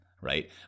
Right